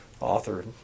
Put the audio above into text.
author